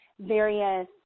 various